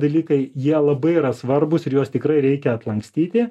dalykai jie labai yra svarbūs ir juos tikrai reikia atlankstyti